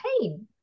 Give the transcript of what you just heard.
pain